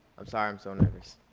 i'm sorry i'm so nervous.